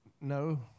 no